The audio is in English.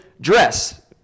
dress